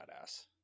badass